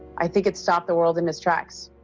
i think it stopped the world in its tracks.